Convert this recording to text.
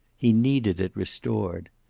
he needed it restored.